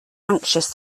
anxious